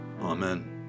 Amen